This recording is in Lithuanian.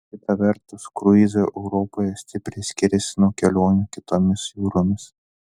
kita vertus kruizai europoje stipriai skiriasi nuo kelionių kitomis jūromis